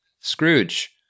Scrooge